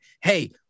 hey